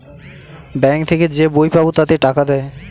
bank থেকে যে বই পাবো তাতে টাকা দেয়